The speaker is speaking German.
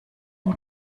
den